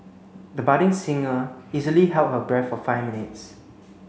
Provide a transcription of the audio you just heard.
the budding singer easily held her breath for five minutes